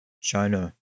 China